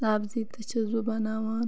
سبزی تہِ چھَس بہٕ بَناوان